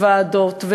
ועדות,